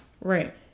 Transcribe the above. Right